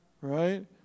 right